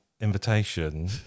invitation